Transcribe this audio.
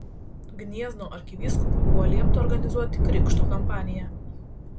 gniezno arkivyskupui buvo liepta organizuoti krikšto kampaniją